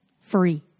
Free